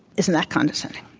isn't that condescending.